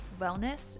wellness